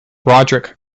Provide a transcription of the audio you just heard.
roderick